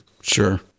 Sure